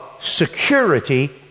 security